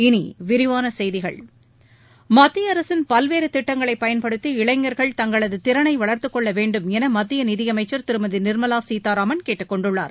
இனி விரிவான செய்திகள் மத்திய அரசின் பல்வேறு திட்டங்களைப் பயன்படுத்தி இளைஞர்கள் தங்களது திறனை வளர்த்துக் கொள்ள வேண்டும் என மத்திய நிதியமைச்சர் திருமதி நிர்மலா சீதாராமன் கேட்டுக் கொண்டுள்ளார்